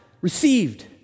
received